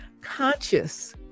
conscious